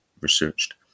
researched